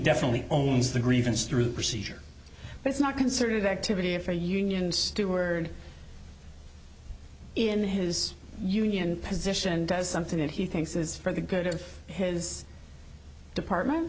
definitely owns the grievance through procedure but it's not considered activity if a union steward in his union position does something that he thinks is for the good of his department